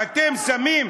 אתם שמים,